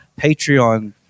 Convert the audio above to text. Patreon